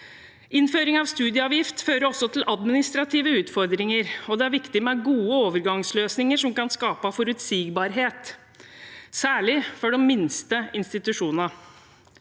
Innføring av studieavgift fører også til administrative utfordringer, og det er viktig med gode overgangsløsninger som kan skape forutsigbarhet, særlig for de minste institusjonene.